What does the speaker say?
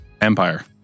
Empire